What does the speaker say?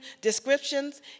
descriptions